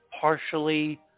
partially